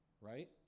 right